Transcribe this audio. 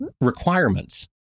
requirements